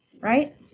right